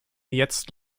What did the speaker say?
jetzt